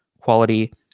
quality